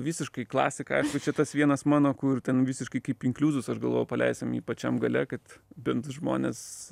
visiškai klasiką aišku čia tas vienas mano kur ten visiškai kaip inkliuzus aš galvojau paleisim jį pačiam gale kad bent žmonės